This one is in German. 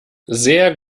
sehr